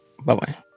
Bye-bye